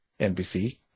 NBC